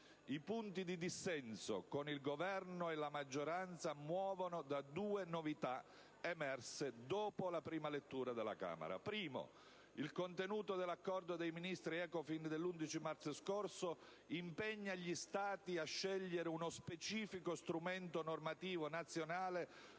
I punti di dissenso con il Governo e la maggioranza muovono da due novità emerse dopo la prima lettura alla Camera. Innanzitutto, il contenuto dell'accordo dei Ministri dell'ECOFIN dell'11 marzo scorso impegna gli Stati a scegliere uno specifico strumento normativo nazionale